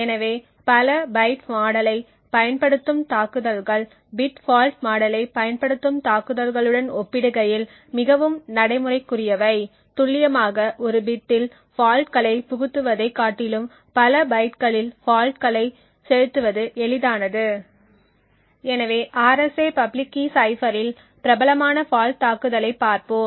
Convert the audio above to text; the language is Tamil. எனவே பல பைட் மாடலைப் பயன்படுத்தும் தாக்குதல்கள் பிட் ஃபால்ட் மாடலைப் பயன்படுத்தும் தாக்குதல்களுடன் ஒப்பிடுகையில் மிகவும் நடைமுறைக்குரியவை துல்லியமாக ஒரு பிட்டில் ஃபால்ட்களை புகுத்துவதை காட்டிலும் பல பைட்டுகளில் ஃபால்ட்களைச் செலுத்துவது எளிதானது எனவே RSA பப்ளிக் கீ சைஃப்பரில் பிரபலமான ஃபால்ட் தாக்குதலைப் பார்ப்போம்